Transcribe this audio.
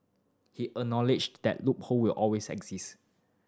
he acknowledged that loophole will always exist